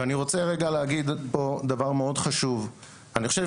ואני רוצה להגיד פה דבר מאוד חשוב: אני חושב